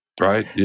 right